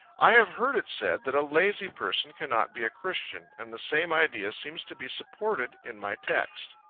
i have heard it said that a lazy person cannot be a christian, and the same idea seems to be supported in my text.